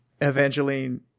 Evangeline